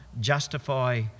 justify